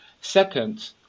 Second